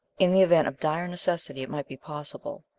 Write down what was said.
in the event of dire necessity it might be possible.